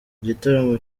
igitaramo